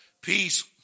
peace